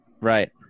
Right